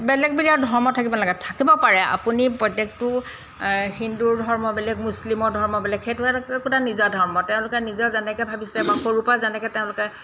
বেলেগ বেলেগ ধৰ্ম থাকিব লাগে থাকিব পাৰে আপুনি প্ৰত্যেকটো হিন্দু ধৰ্ম বেলেগ মুছলিমৰ ধৰ্ম বেলেগ সেইটো একো একোটা নিজা ধৰ্ম তেওঁলোকে নিজৰ যেনেকৈ ভাবিছে বা সৰুৰ পৰা যেনেকৈ তেওঁলোকে